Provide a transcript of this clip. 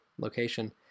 location